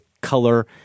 color